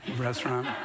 Restaurant